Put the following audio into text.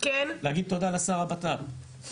להגיד תודה לשר הבט"פ,